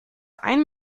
ein